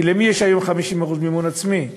כי למי יש היום 50% מימון עצמי?